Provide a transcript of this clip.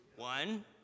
One